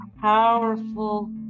powerful